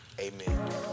Amen